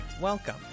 Welcome